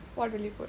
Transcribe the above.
what would you put